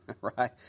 Right